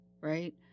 right